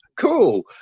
cool